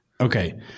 Okay